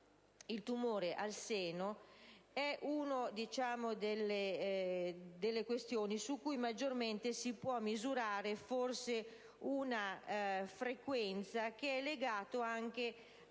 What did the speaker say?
il tumore al seno è una delle questioni su cui maggiormente si può forse misurare una frequenza legata anche